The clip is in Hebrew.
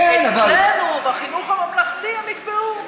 אצלנו בחינוך הממלכתי הם יקבעו.